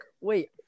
wait